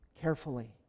carefully